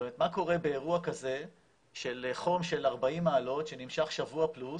זאת אומרת מה קורה באירוע כזה של חום של 40 מעלות שנמשך שבוע פלוס,